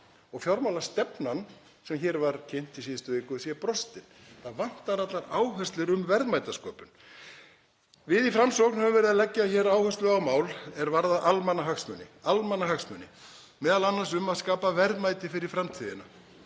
og fjármálastefnan sem hér var kynnt í síðustu viku sé brostin. Það vantar allar áherslur um verðmætasköpun. Við í Framsókn höfum verið að leggja áherslu á mál er varða almannahagsmuni, m.a. um að skapa verðmæti fyrir framtíðina.